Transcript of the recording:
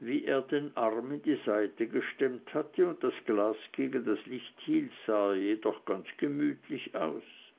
wie er den arm in die seite gestemmt hatte und das glas gegen das licht hielt sah er jedoch ganz gemütlich aus